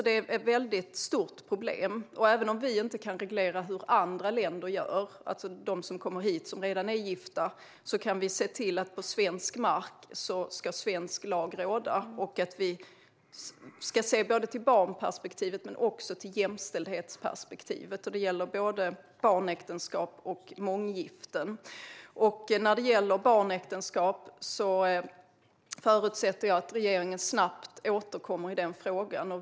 Det är alltså ett stort problem, men även om vi inte kan reglera hur andra länder gör - alltså när det gäller dem som redan är gifta när de kommer hit - kan vi se till att på svensk mark ska svensk lag råda. Vi ska se barnperspektivet men också jämställdhetsperspektivet, och det gäller både barnäktenskap och månggiften. När det gäller barnäktenskap förutsätter jag att regeringen snabbt återkommer i den frågan.